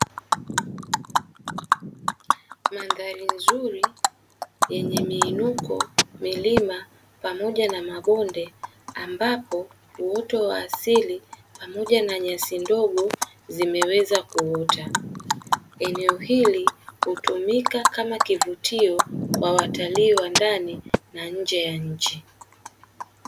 Mandhari nzuri yenye miinuko milima pamoja na mabonde ambapo uoto wa asili pamoja na nyasi ndogo zimeweza kuota eneo hili hutumika kama kivutio kwa watalii wa ndani na nje ya nchi.